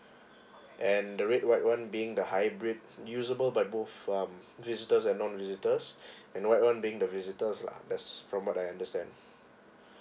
and the red white one being the hybrid usable by both um visitors and non visitors and white one being the visitors lah that's from what I understand